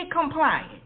compliant